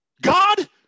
God